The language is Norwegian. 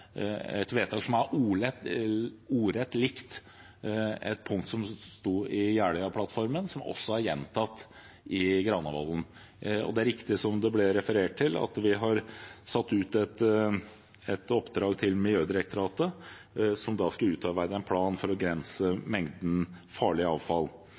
punkt som sto i Jeløya-plattformen, som også er gjentatt i Granavolden-plattformen. Det er riktig, som det ble referert til, at vi har satt ut et oppdrag til Miljødirektoratet, som skal utarbeide en plan for å begrense mengden farlig avfall.